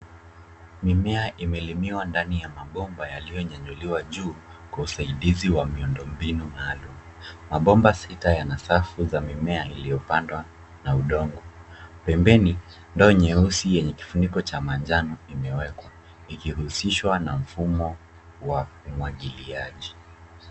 Mimea imelimiwa ndani ya mabomba yaliyonyanyuliwa juu Kwa usaidizi wa miundombinu maalum. Mabomba sita yana safu za mimea iliyopandwa na udongo. Pembeni ndio nyeusi yenye kifuniko cha manjano imewekwa ikihusishwa na mfumo wa umwangiliaji.